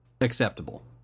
Acceptable